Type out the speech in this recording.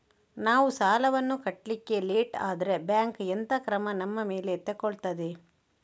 ನಾವು ಸಾಲ ವನ್ನು ಕಟ್ಲಿಕ್ಕೆ ಲೇಟ್ ಆದ್ರೆ ಬ್ಯಾಂಕ್ ಎಂತ ಕ್ರಮ ನಮ್ಮ ಮೇಲೆ ತೆಗೊಳ್ತಾದೆ?